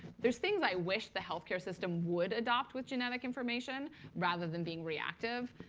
there's things i wish the health care system would adopt with genetic information rather than being reactive,